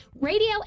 Radio